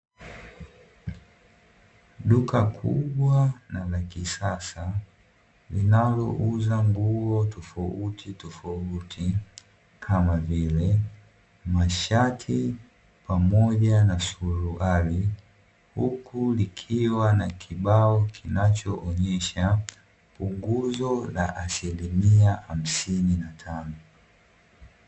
Duka kubwa na la kisasa, linalouza nguo tofautitofauti, kama vile mashati pamoja na suruali; huku likiwa na kibao kinachoonyesha punguzo la asilimia hamsini na tano.